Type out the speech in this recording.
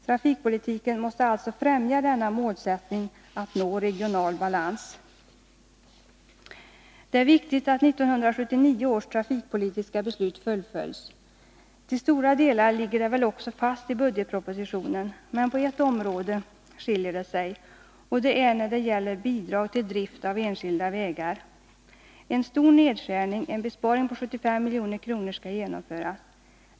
Trafikpolitiken måste alltså främja denna målsättning, att nå regional balans. Det är viktigt att 1979 års trafikpolitiska beslut fullföljs. Till stora delar ligger det också fast i budgetpropositionen, men på ett område skiljer det sig, och det gäller Bidrag till drift av enskilda vägar. En stor nedskärning, en besparing på 75 milj.kr., skall genomföras.